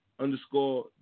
underscore